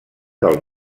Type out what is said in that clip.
del